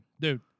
dude